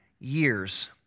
years